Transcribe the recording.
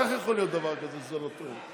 איך יכול להיות דבר כזה, שזה לא תואם?